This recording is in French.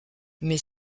mais